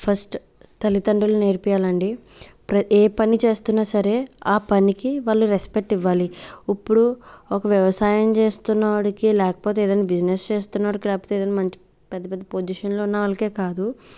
first తల్లితండ్రులు నేర్పియ్యాలండి ప్రతి ఏ పని చేస్తున్నా సరే ఆ పనికి వాళ్ళు రెస్పెక్ట్ ఇవ్వాలి ఉప్పుడు ఒక వ్యవసాయం చేస్తున్నోడికి లేకపోతే ఏదన్నా బిజినెస్ చేస్తున్నోడికి లేకపోతే ఏదన్నా మంచి పెద్ద పెద్ద పొజిషన్లో ఉన్న వాళ్ళకే కాదు